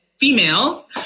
females